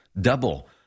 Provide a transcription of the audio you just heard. Double